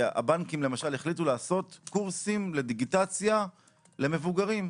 כי הבנקים למשל החליטו לעשות קורסים לדיגיטציה למבוגרים.